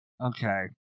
Okay